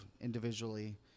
individually